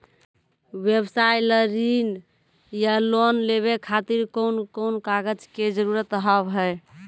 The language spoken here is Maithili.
व्यवसाय ला ऋण या लोन लेवे खातिर कौन कौन कागज के जरूरत हाव हाय?